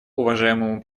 уважаемому